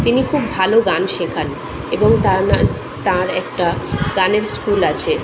তিনি খুব ভালো গান শেখান এবং তার না তার একটা গানের স্কুল আছে